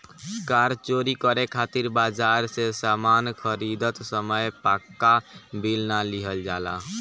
कार चोरी करे खातिर बाजार से सामान खरीदत समय पाक्का बिल ना लिहल जाला